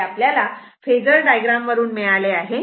हे आपल्याला phasor diagram वरून मिळाली आहे